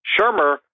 Shermer